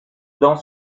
dans